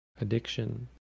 addiction